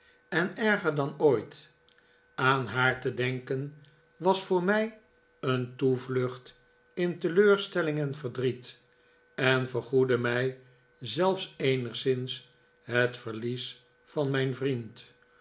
en erger dan ooit aan haar te denken was voor mij een toevlucht in teleurstelling en verdriet en vergoedde mij zelfs eenigszins het verlies van mijn vriend